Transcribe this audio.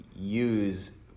use